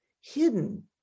hidden